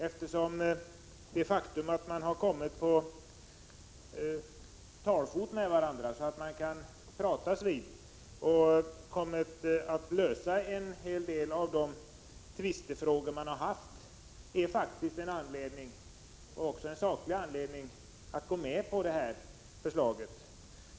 Enbart det faktum att man kommit till tals med varandra och på det sättet kunnat lösa en hel del av de tvistefrågor som förekommit är anledning — också saklig anledning — att gå med på förslaget.